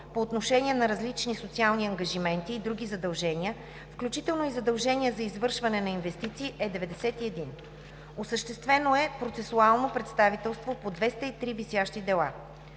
по отношение на различни социални ангажименти и други задължения, включително и задължения за извършване на инвестиции, е 91. Осъществено е процесуално представителство по 203 висящи дела.